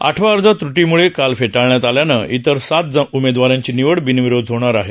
आठवा अर्ज त्र्टीमुळे काल फेटाळण्यात आल्यानं इतर सात उमेदवारांची निवड बिनविरोध होणार आहे